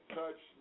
touch